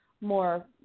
more